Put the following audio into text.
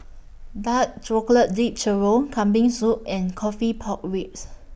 Dark Chocolate Dipped Churro Kambing Soup and Coffee Pork Ribs